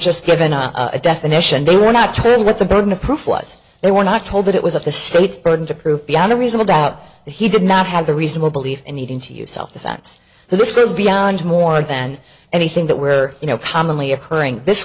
just given a definition they were not sure what the burden of proof was they were not told that it was of the state's burden to prove beyond a reasonable doubt that he did not have the reasonable belief in needing to use self defense this was beyond more than anything that were you know commonly occurring this